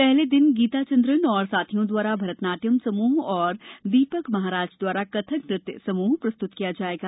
पहले दिन गीता चन्द्रन और साथियों दवारा भरतनाट्यम समूह तथा दीपक महाराज दवारा कथक नृत्य प्रस्त्त किया जाएगा